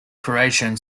creation